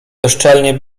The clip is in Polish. bezczelnie